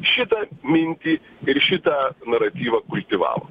šitą mintį ir šitą naratyvą kultivavo